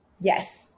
Yes